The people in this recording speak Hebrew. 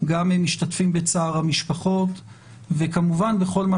גם משתתפים בצער המשפחות וכמובן בכל מה